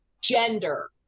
gender